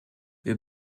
wir